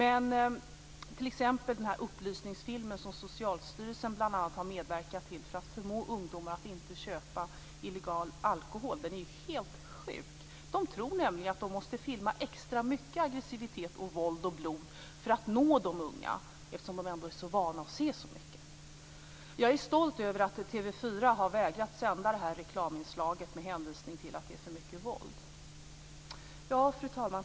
Ett exempel är den upplysningsfilm som bl.a. Socialstyrelsen har medverkat till för att förmå ungdomar att inte köpa illegal alkohol. Den är ju helt sjuk. Man tror att man måste filma extremt mycket aggressivitet, våld och blod för att nå de unga, eftersom de ändå är så vana att se så mycket av detta. Jag är stolt över att TV 4 har vägrat sända detta reklaminslag med hänvisning till att det innehåller för mycket våld. Fru talman!